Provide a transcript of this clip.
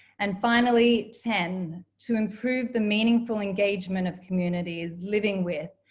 and finally, ten to improve the meaningful engagement of communities living with,